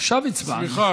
עכשיו הצבענו.